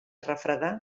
refredar